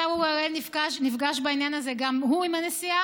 השר אורי אריאל נפגש בעניין הזה גם הוא עם הנשיאה.